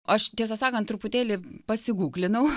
aš tiesą sakant truputėlį pasigūglinau